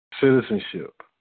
citizenship